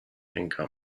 income